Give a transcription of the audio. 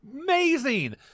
amazing